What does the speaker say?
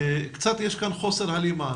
יש כאן קצת חוסר הלימה,